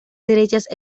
derechas